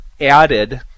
added